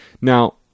Now